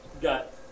got